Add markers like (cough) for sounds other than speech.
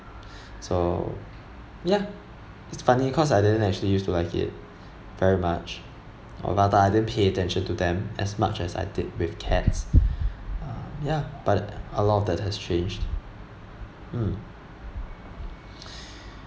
(breath) so ya it's funny cause I didn't actually use to like it (breath) very much or rather I didn't pay attention to them as much as I did with cats (breath) ah ya but a lot of that has changed mm (breath)